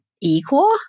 equal